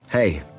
Hey